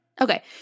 Okay